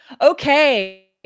Okay